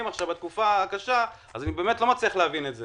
עכשיו בתקופה הקשה אני באמת לא מצליח להבין את זה.